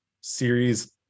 series